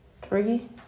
three